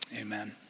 Amen